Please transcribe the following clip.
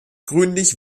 grünlich